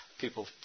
People